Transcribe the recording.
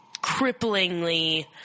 cripplingly